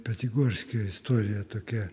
pati gorskio istorija tokia